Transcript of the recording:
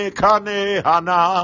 kanehana